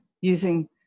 using